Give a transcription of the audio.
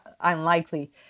unlikely